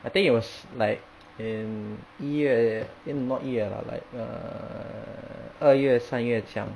I think it was like in 一月 eh not 一月 lah like err 二月三月这样